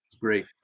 great